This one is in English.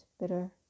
bitter